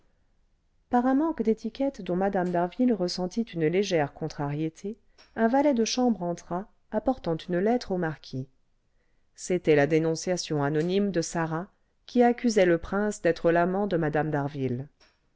un manque d'étiquette dont mme d'harville ressentit une légère contrariété un valet de chambre entra apportant une lettre au marquis c'était la dénonciation anonyme de sarah qui accusait le prince d'être l'amant de mme